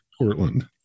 Portland